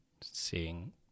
seeing